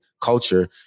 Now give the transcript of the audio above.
culture